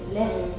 mm